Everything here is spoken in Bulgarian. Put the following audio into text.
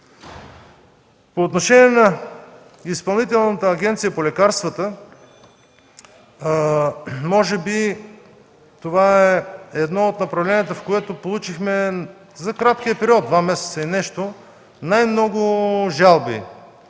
По отношение на Изпълнителната агенция по лекарствата. Може би това е едно от направленията, в което получихме за краткия период – два месеца и нещо, най-много жалби